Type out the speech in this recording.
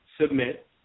submit